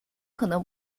可能